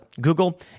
Google